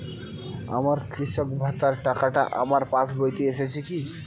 আমার কৃষক ভাতার টাকাটা আমার পাসবইতে এসেছে কি?